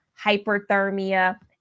hyperthermia